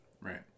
Right